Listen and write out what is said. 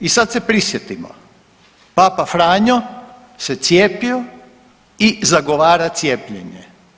I sad se prisjetimo, Papa Franjo se cijepio i zagovara cijepljenje.